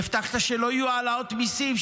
הבטחת שלא יהיו העלאות מיסים,